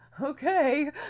okay